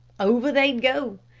over they'd go.